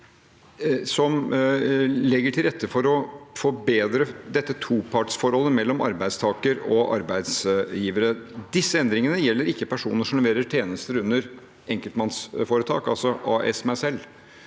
som legger til rette for å forbedre topartsforholdet mellom arbeidstaker og arbeidsgiver. Disse endringene gjelder ikke personer som leverer tjenester under enkeltmannsforetak, altså AS meg selv.